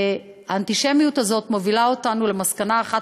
האנטישמיות הזאת מובילה אותנו למסקנה אחת